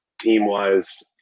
Team-wise